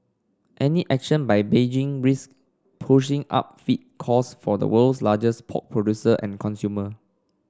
any action by Beijing risk pushing up feed costs for the world's largest pork producer and consumer